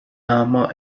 armor